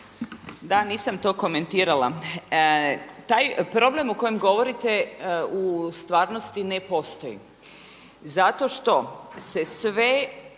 Da, nisam to komentirala. Taj problem o kojem govorite u stvarnosti ne postoji zato što se sve